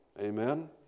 Amen